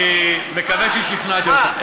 אני מקווה ששכנעתי אותך.